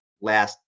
last